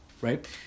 right